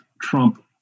Trump